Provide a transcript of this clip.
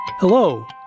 Hello